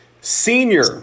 Senior